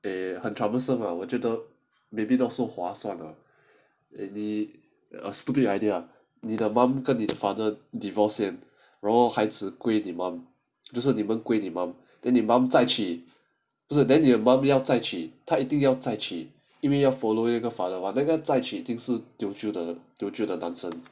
eh 很 troublesome lah 我觉得 maybe not so 划算 ah and they err stupid idea 你的 mum 跟你的 father divorce 先然后孩子归你 mum 就是你们归 then 你 mum 再娶不是 then 你的 mum 再娶他一定要再娶因为要 follow 那个 father [what] 那个再娶已经是 teochew 的 teochew 的单身